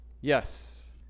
Yes